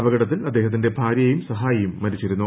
അപടത്തിൽ അദ്ദേഹത്തിന്റെ ഭാര്യയും സഹായിയും മരിച്ചിരുന്നു